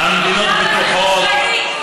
המדינות בטוחות.